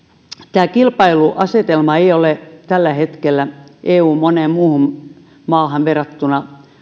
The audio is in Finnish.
tämä kilpailuasetelma ei ole tällä hetkellä eun moneen muuhun maahan verrattuna